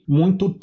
muito